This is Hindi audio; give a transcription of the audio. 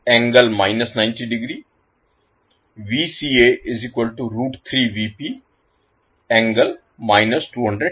इसी प्रकार